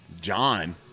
John